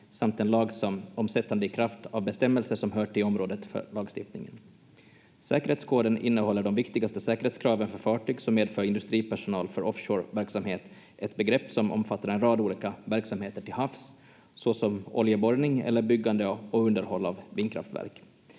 samt en lag om sättande i kraft av bestämmelser som hör till området för lagstiftningen. Säkerhetskoden innehåller de viktigaste säkerhetskraven för fartyg som medför industripersonal för offshoreverksamhet, ett begrepp som omfattar en rad olika verksamheter till havs såsom oljeborrning eller byggande och underhåll av vindkraftverk.